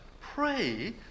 pray